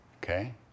Okay